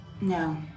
No